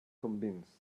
convinced